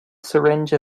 syringe